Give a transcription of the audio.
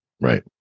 Right